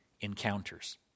encounters